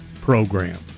program